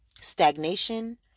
stagnation